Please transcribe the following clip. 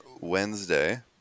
Wednesday